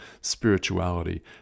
spirituality